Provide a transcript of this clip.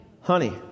honey